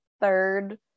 third